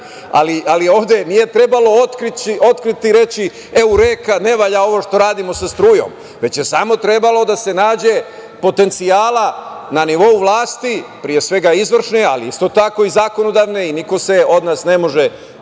Ali, ovde nije trebalo otkriti i reći – eureka, ne valja ovo što radimo sa strujom, već je samo trebalo da se nađe potencijala na nivou vlasti, pre svega izvršne, ali isto tako i zakonodavne i niko se od nas ne može potpuno